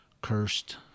cursed